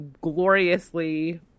gloriously